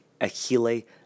achille